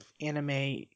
anime